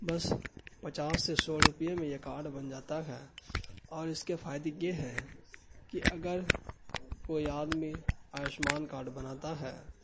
بس پچاس یا سو روپیے میں یہ کارڈ بن جاتا ہے اور اس کے فائدے یہ ہیں کہ اگر کوئی آدمی آیوشمان کارڈ بناتا ہے